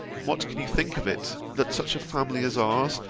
what can you think of it, that such a family as ours,